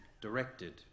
directed